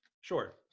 Sure